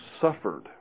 suffered